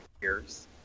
years